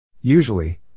Usually